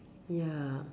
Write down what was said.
ya